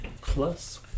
Plus